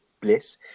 Bliss